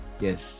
yes